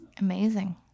Amazing